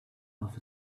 off